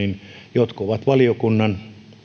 jotkut ovat valiokunnan